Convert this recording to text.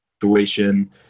situation